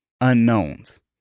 unknowns